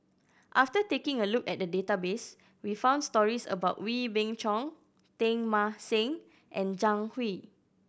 after taking a look at the database we found stories about Wee Beng Chong Teng Mah Seng and Zhang Hui